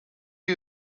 you